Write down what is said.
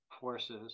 forces